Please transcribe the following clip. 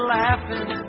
laughing